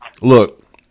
look